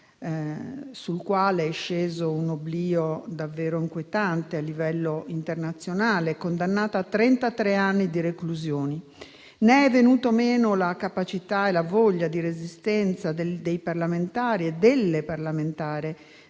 sul quale è sceso un oblio davvero inquietante a livello internazionale. Né sono venute meno la capacità e la voglia di resistenza dei parlamentari e delle parlamentari